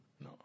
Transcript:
No